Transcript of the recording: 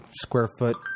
square-foot